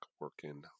working